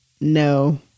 No